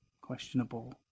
questionable